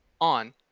on